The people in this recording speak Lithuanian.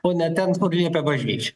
o ne ten kur liepia bažnyčia